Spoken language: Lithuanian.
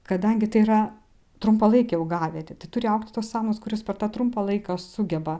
kadangi tai yra trumpalaikė augavietė tai turi augti tos samanos kurios per tą trumpą laiką sugeba